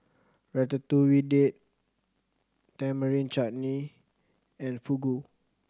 Ratatouille Date Tamarind Chutney and Fugu